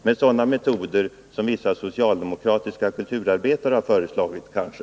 Med sådana metoder som vissa socialdemokratiska kulturarbetare har föreslagit, kanske?